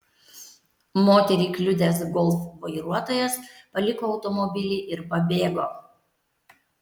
moterį kliudęs golf vairuotojas paliko automobilį ir pabėgo